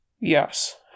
Yes